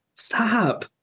Stop